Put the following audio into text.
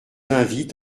invite